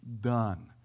Done